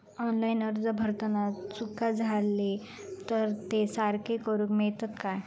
Online अर्ज भरताना चुका जाले तर ते सारके करुक मेळतत काय?